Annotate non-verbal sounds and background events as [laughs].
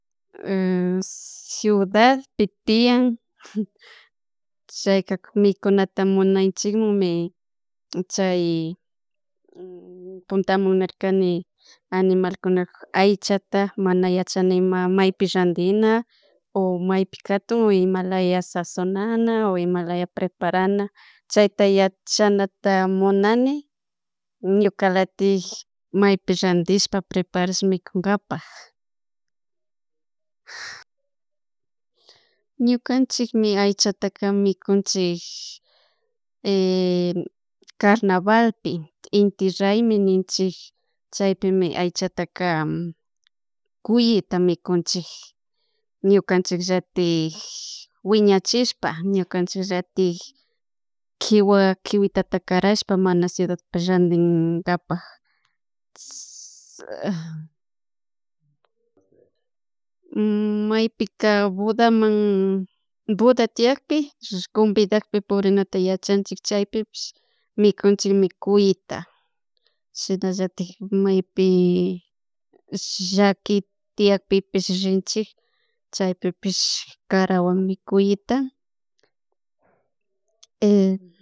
[hesitation] ciuidadpi tiyan [laughs] mikunatamunay chikmanmi chay puntamunarkani animalkuna aychata mana yachaninma maypi randina o maypi katun o imalaya sazonana o imalaya preparana chayta yachanata munani ñuka latik maypi rantishpa preparash mikunkapak [hesitation] ñukanchikmi aychataka mikunchik [hesitation] carnavalpi, inty raymi ninchik chaypimi aychataka kuyta mikunchik ñukanchik llatik wiñachishpa ñukanchik ratik kiwa kiwitakatarashpa mana ciudadpa rantinkapak [hesitation] [hesitation] maypika bodaman bodatiyakpi kunpidarpi purinata yachanchik chaypipish mikunchik mikuyta ciudad llatik maypi llaki tianpipish rinchik chay pipish karawan mikuyta [hesitation]